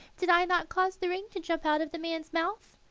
did i not cause the ring to jump out of the man's mouth?